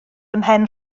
ymhen